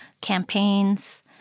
campaigns